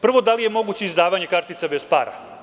Prvo, da li je moguće izdavanje kartica bez para?